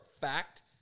fact